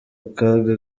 akaga